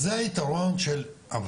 אז זה היתרון של הוועדה,